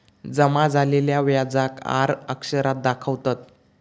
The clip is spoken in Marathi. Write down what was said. जमा झालेल्या व्याजाक आर अक्षरात दाखवतत